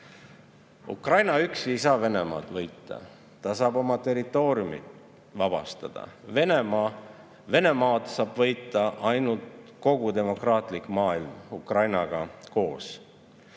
Ukraina üksi ei saa Venemaad võita, ta saab oma territooriumi vabastada. Venemaad saab võita ainult kogu demokraatlik maailm Ukrainaga koos.